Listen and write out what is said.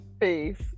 Peace